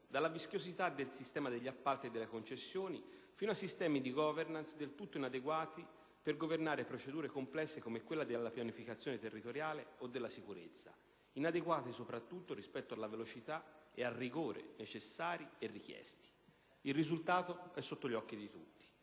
dalla vischiosità del sistema degli appalti e delle concessioni fino ai sistemi di *governance*, del tutto inadeguati a governare procedure complesse come quelle della pianificazione territoriale o della sicurezza e soprattutto rispetto alla velocità e al rigore necessari e richiesti. Il risultato è sotto gli occhi di tutti: